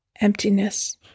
emptiness